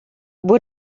would